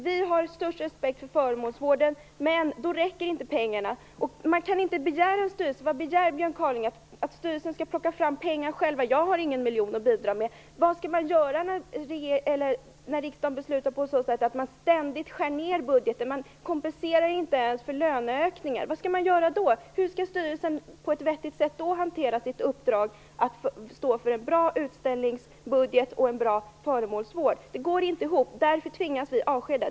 Vi har största respekt för föremålsvården, men pengarna räcker alltså inte. Vad begär Björn Kaaling? Begär han att styrelsen själv skall plocka fram pengar? Jag har ingen miljon att bidra med. Vad skall man göra när riksdagen ständigt beslutar om nedskärningar i budgeten och inte ens kompenserar för löneökningar? Vad skall man då göra? Hur skall styrelsen på ett vettigt sätt då hantera sitt uppdrag, nämligen att stå för en bra utställningsbudget och en bra föremålsvård? Det här går inte ihop. Därför tvingas vi avskeda folk.